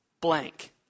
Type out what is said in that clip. blank